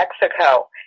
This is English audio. Mexico